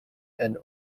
and